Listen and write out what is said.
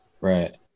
Right